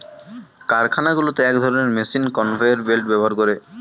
কারখানাগুলোতে এক ধরণের মেশিন কনভেয়র বেল্ট ব্যবহার করে